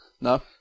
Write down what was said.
No